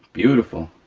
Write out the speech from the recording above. beautiful,